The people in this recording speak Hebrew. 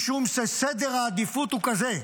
משום שסדר העדיפות הוא כזה.